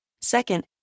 Second